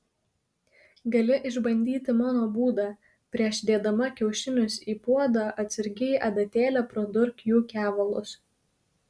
gali išbandyti mano būdą prieš dėdama kiaušinius į puodą atsargiai adatėle pradurk jų kevalus